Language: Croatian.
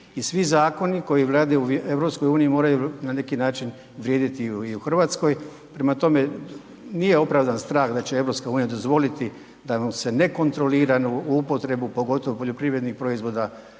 i svi zakoni koji vladaju u EU moraju na neki način vrijediti i u Hrvatskoj. Prema tome, nije opravdan strah da će EU dozvoliti da nekontroliranu upotrebu pogotovo poljoprivrednih proizvoda